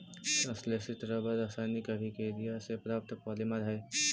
संश्लेषित रबर रासायनिक अभिक्रिया से प्राप्त पॉलिमर हइ